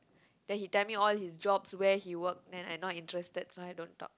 then he tell me all his jobs where he work then I not interested so I don't talk